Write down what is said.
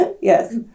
Yes